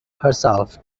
herself